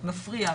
מפריע.